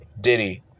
Diddy